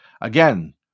again